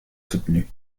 soutenue